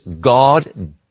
God